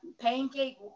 pancake